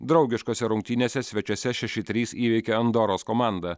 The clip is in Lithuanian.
draugiškose rungtynėse svečiuose šeši trys įveikė andoros komandą